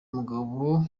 umugabo